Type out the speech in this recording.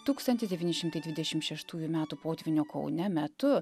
tūkstantis devyni šimtai dvidešimt šeštųjų metų potvynio kaune metu